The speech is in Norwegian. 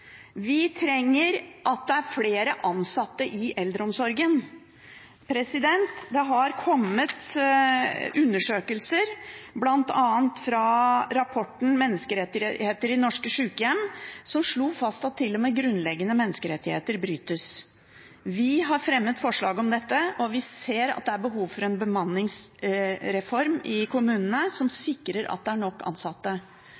Vi trenger at det er flere ansatte i eldreomsorgen. Det har kommet undersøkelser, bl.a. rapporten «Menneskerettigheter i norske sykehjem», som slo fast at til og med grunnleggende menneskerettigheter brytes. Vi har fremmet forslag om dette, og vi ser at det er behov for en bemanningsreform i kommunene som sikrer at det er nok ansatte.